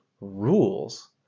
rules